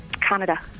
Canada